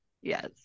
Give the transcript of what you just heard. Yes